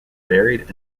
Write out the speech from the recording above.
varied